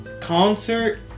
Concert